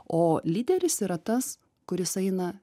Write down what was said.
o lyderis yra tas kuris eina